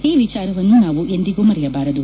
ಈ ವಿಚಾರವನ್ನು ನಾವು ಎಂದಿಗೂ ಮರೆಯಬಾರದು